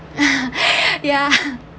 yeah